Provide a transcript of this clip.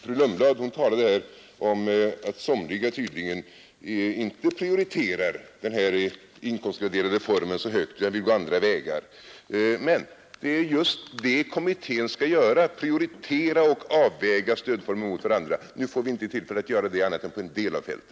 Fru Lundblad talade om att somliga tydligen inte prioriterade den här inkomstgraderade formen så högt utan vill gå andra vägar. Men det är just det kommittén skall göra — prioritera och avväga stödformer mot varandra. Nu får vi inte tillfälle att göra detta annat än på en del av fältet.